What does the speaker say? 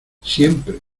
siempre